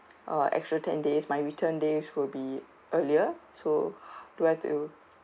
uh extra ten days my return days will be earlier so do I have to